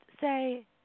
say